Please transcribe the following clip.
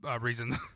reasons